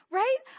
right